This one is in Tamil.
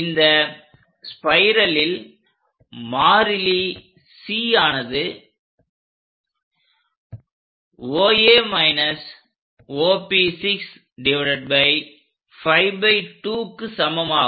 இந்த ஸ்பைரலில் மாறிலி C ஆனது 𝜋2க்கு சமமாகும்